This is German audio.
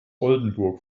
oldenburg